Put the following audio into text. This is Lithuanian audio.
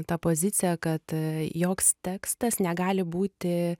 ta pozicija kad joks tekstas negali būti